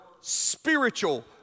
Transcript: spiritual